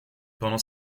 pendant